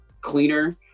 cleaner